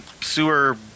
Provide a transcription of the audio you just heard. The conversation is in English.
sewer